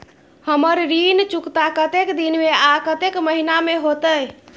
हमर ऋण चुकता कतेक दिन में आ कतेक महीना में होतै?